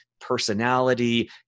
personality